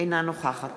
אינה נוכחת